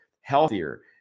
healthier